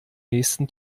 nächsten